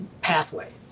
pathway